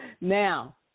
Now